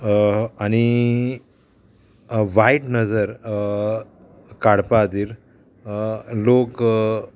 आनी वायट नजर काडपा खातीर लोक